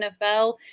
NFL